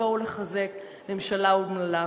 לבוא ולחזק ממשלה אומללה.